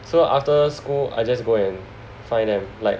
so after school I just go and find them like